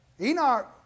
Enoch